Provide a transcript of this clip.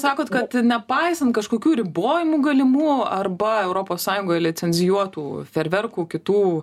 sakot kad nepaisant kažkokių ribojimų galimų arba europos sąjungoj lecencijuotų fejerverkų kitų